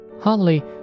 Hardly